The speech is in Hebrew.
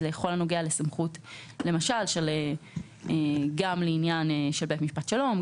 בכל הנוגע לסמכות גם לעניין של בית משפט שלום,